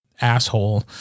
asshole